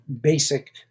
basic